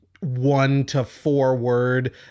one-to-four-word